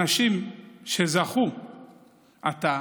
אנשים שזכו עתה